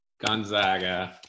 Gonzaga